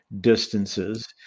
distances